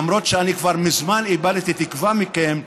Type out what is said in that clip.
למרות שאני כבר מזמן איבדתי תקווה בכם,